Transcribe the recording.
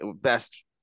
best